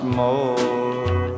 more